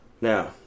Now